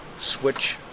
switch